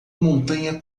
montanha